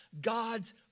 God's